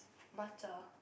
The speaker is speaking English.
Matcha